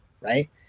right